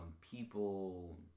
people